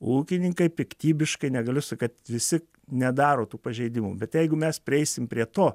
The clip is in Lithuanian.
ūkininkai piktybiškai negaliu sak kad visi nedaro tų pažeidimų bet jeigu mes prieisim prie to